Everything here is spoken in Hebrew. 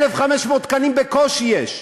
1,500 תקנים בקושי יש.